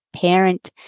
parent